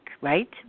right